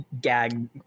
gag